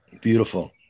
Beautiful